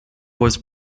was